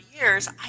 years